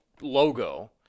logo